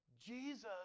Jesus